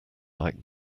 like